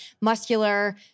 muscular